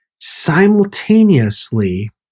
simultaneously